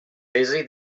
tesi